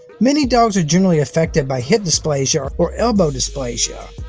many dogs are genetically affected by hip dysplasia or elbow dysplasia.